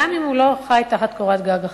גם אם הוא לא חי תחת קורת גג אחת.